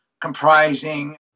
comprising